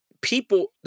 people